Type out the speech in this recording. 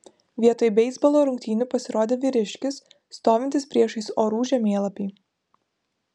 vietoj beisbolo rungtynių pasirodė vyriškis stovintis priešais orų žemėlapį